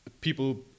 People